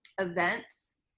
events